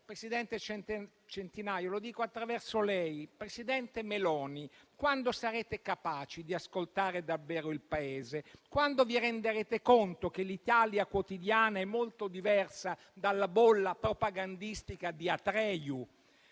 Presidente Centinaio, lo dico attraverso lei: presidente Meloni, quando sarete capaci di ascoltare davvero il Paese? Quando vi renderete conto che l'Italia quotidiana è molto diversa dalla bolla propagandistica di Atreju?